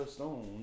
Stone